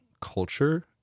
culture